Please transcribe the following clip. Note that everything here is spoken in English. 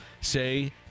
say